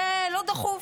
זה לא דחוף.